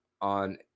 on